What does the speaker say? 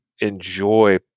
enjoy